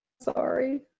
Sorry